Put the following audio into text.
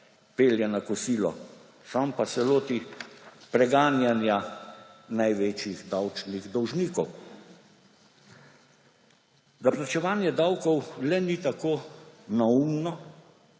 pelje na kosilo, sam pa se loti preganjanja največjih davčnih dolžnikov. Da plačevanje davkov le ni tako neumno,